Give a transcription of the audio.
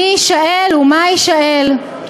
מי יישאל ומה יישאל.